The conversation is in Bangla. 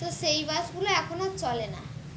তো সেই বাসগুলো এখন আর চলে না